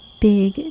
big